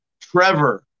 Trevor